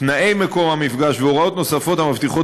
תנאי מקום המפגש והוראות נוספות המבטיחות